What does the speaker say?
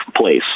place